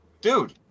Dude